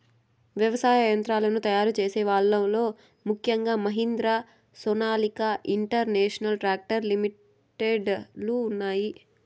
వ్యవసాయ యంత్రాలను తయారు చేసే వాళ్ళ లో ముఖ్యంగా Mahindra, Sonalika international tractor limited లు ఉన్నాయి